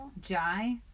Jai